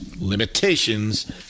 limitations